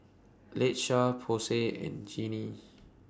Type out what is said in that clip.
Latesha Posey and Jinnie